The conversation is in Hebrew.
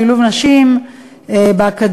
שילוב נשים באקדמיה,